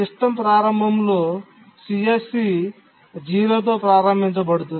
system ప్రారంభంలో CSC 0 తో ప్రారంభించబడుతుంది